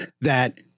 that-